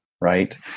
right